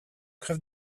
crève